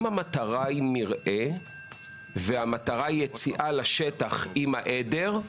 אם המטרה היא מרעה והמטרה היא יציאה לשטח עם העדר,